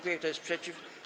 Kto jest przeciw?